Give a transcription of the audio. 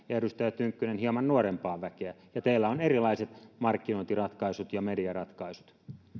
ja edustaja tynkkynen hieman nuorempaa väkeä ja teillä on erilaiset markkinointiratkaisut ja mediaratkaisut